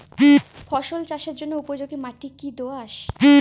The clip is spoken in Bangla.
ফসল চাষের জন্য উপযোগি মাটি কী দোআঁশ?